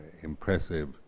impressive